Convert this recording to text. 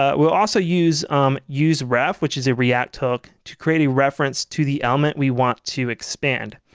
ah we'll also use um useref, which is a react hook to create a reference to the element we want to expand.